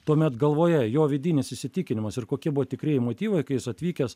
tuomet galvoje jo vidinis įsitikinimas ir kokie buvo tikrieji motyvai kai jis atvykęs